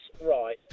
right